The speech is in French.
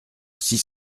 six